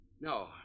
No